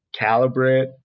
calibrate